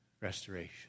restoration